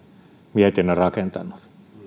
mietinnön rakentanut